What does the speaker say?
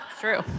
true